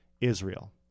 Israel